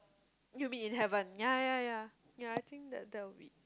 you meet in heaven yeah yeah yeah yeah I think that that would be